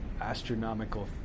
astronomical